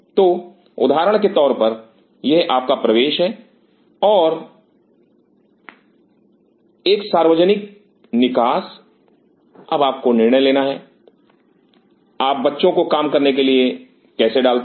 तो उदाहरण के तौर पर यह आपका प्रवेश है और एक सार्वजनिक निकास अब आपको निर्णय लेना है आप बच्चों को काम करने के लिए कैसे डालते हैं